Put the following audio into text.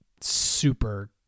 super